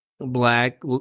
Black